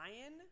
Lion